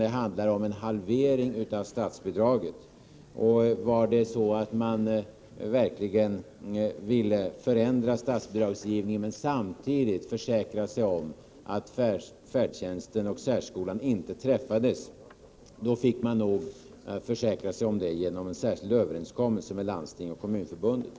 Det handlar om en halvering av statsbidraget. Om det vore så, att man verkligen ville förändra statsbidragsgivningen men samtidigt försäkra sig om att färdtjänsten och särskolan inte träffades, då fick man nog försäkra sig om detta genom en särskild överenskommelse med landstingsoch kommunförbunden.